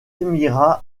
émirats